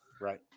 right